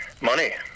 money